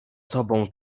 sobą